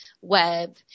web